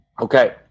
Okay